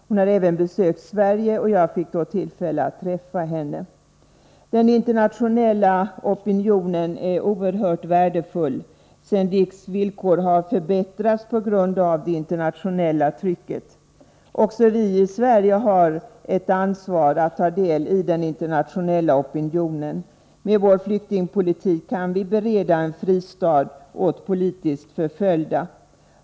Hon har även besökt Sverige, och jag fick då tillfälle att träffa henne. Den internationella opinionen är oerhört värdefull. Sendics villkor har förbättrats på grund av det internationella trycket. Också vi i Sverige har ett ansvar när det gäller att ta del i den internationella opinionen. Med vår flyktingpolitik kan vi bereda en fristad åt politiskt förföljda.